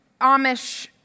Amish